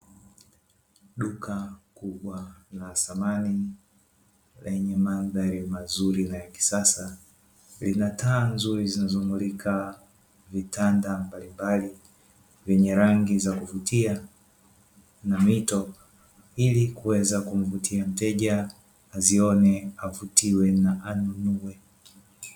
Duka kubwa la samani lenye mandhari mazuri na ya kisasa, lina taa nzuri zinazomulika vitanda vyenye rangi mbalimbali na mito, ili kuweza kumvutia mteja azione, avutiwe na anunue.